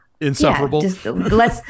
insufferable